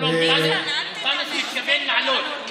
אדוני, אנטאנס מתכוון לעלות.